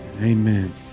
Amen